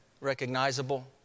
recognizable